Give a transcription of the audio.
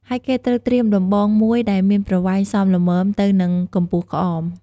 ហើយគេត្រូវត្រៀមដំបងមួយដែលមានប្រវែងសមល្មមទៅនិងកម្ពស់ក្អម។